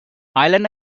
ireland